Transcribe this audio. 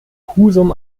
husum